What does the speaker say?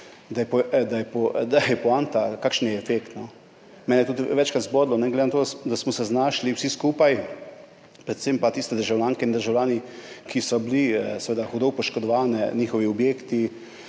da je poanta v tem, kakšen je efekt. Mene je večkrat zbodlo, glede na to, da smo se znašli vsi skupaj, predvsem tiste državljanke in državljani, ki so bili seveda hudo poškodovani, njihovi objekti,